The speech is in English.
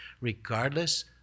regardless